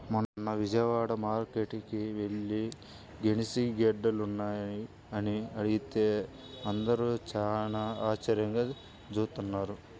మొన్న విజయవాడ మార్కేట్టుకి యెల్లి గెనిసిగెడ్డలున్నాయా అని అడిగితే అందరూ చానా ఆశ్చర్యంగా జూత్తన్నారు